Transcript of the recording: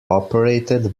operated